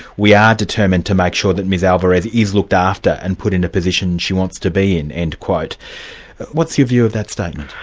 we are determined to make sure that ms alvarez is looked after and put in a position she wants to be in'. and but what's your view of that statement?